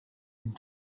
and